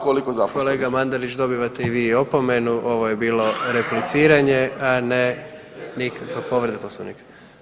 Kolega Mandarić, kolega Mandarić dobivate i vi opomenu, ovo je bilo repliciranje, a ne nikakva povreda Poslovnika.